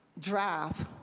draft,